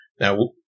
Now